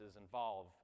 involve